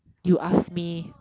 you ask me